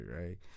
right